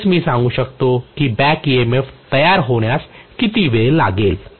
तरच मी सांगू शकतो की बॅक EMF तयार होण्यास किती वेळ लागेल